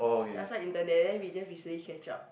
ya so I intern there then we just recently catch up